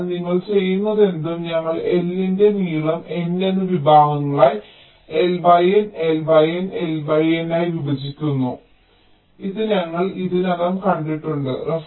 അതിനാൽ നിങ്ങൾ ചെയ്യുന്നതെന്തും ഞങ്ങൾ L ന്റെ നീളം N എന്ന വിഭാഗങ്ങളായി L N L N L N ആയി വിഭജിക്കുന്നു ഇത് ഞങ്ങൾ ഇതിനകം കണ്ടിട്ടുണ്ട്